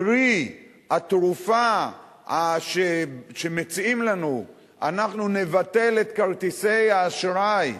קרי התרופה שמציעים לנו היא: אנחנו נבטל את כרטיסי האשראי,